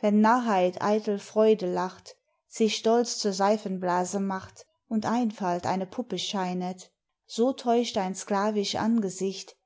wenn narrheit eitel freude lacht sich stolz zur seifenblase macht und einfalt eine puppe scheinet so täuscht ein sklavisch angesicht